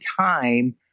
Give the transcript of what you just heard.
time